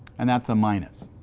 and that's a minus.